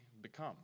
become